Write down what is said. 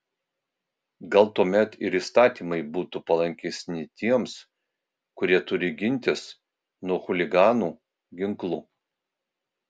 gal tuomet ir įstatymai būtų palankesni tiems kurie turi gintis nuo chuliganų ginklu